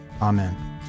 amen